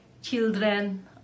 children